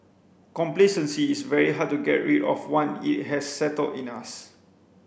complacency is very hard to get rid of one it has settled in us